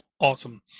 awesome